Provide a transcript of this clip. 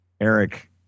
Eric